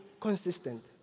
consistent